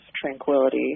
tranquility